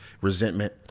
resentment